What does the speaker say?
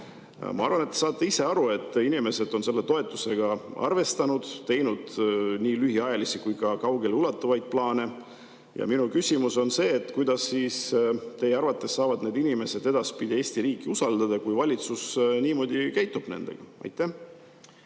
Ma arvan, et te saate ise aru, et inimesed on selle toetusega arvestanud, teinud nii lühiajalisi kui ka kaugeleulatuvaid plaane. Minu küsimus on, kuidas siis teie arvates saavad need inimesed edaspidi Eesti riiki usaldada, kui valitsus niimoodi käitub nendega. Aitäh!